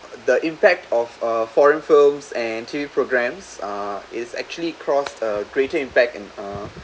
the impact of a foreign films and T_V programs uh is actually caused a greater impact and uh